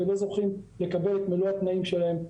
ולא זוכים לקבל את מלוא התנאים שלהם.